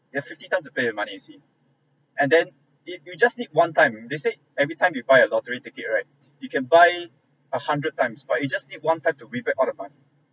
you have fifty time to play the money you see and then it you just need one time they say every time you buy a lottery ticket right you can buy a hundred times but you just need one time to win back all the money